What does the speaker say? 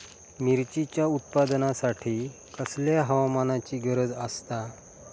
मिरचीच्या उत्पादनासाठी कसल्या हवामानाची गरज आसता?